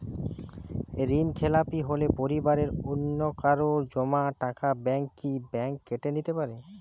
ঋণখেলাপি হলে পরিবারের অন্যকারো জমা টাকা ব্যাঙ্ক কি ব্যাঙ্ক কেটে নিতে পারে?